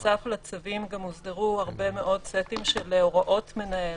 בנוסף לצווים גם הוסדרו הרבה מאוד סטים של הוראות מנהל,